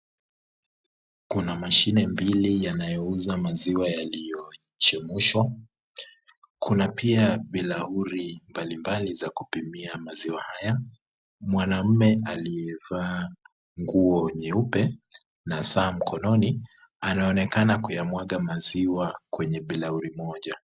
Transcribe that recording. Kuna mashine mbili yanayoweza maziwa ya liyoichemushwa, Kuna pia bilauri mbali mbali za kupimia maziwa haya, mwanamume aliye vaa nguo nyupe, na saa mkononi anaonekana kuyamwaga maziwa kwenye bilauri moja.